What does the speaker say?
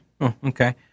Okay